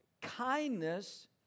kindness